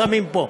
שמים פה,